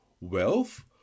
wealth